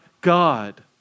God